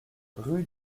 rue